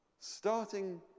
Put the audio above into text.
starting